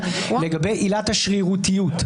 לגבי עילת השרירותיות.